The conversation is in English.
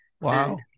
Wow